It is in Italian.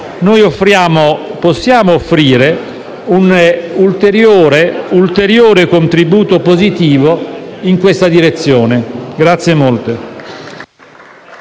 possiamo offrire un ulteriore contributo positivo in questa direzione. *(Applausi